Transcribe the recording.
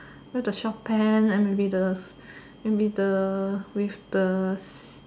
wear the short pant maybe the maybe the with the